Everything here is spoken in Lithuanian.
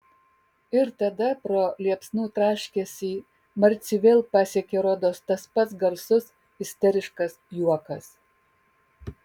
ir tada pro liepsnų traškesį marcį vėl pasiekė rodos tas pats garsus isteriškas juokas